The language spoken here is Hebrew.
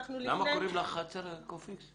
למה קוראים לחצר קופיקס?